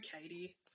Katie